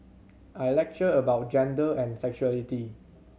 I lecture about gender and sexuality